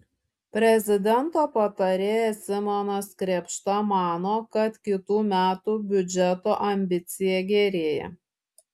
prezidento patarėjas simonas krėpšta mano kad kitų metų biudžeto ambicija gerėja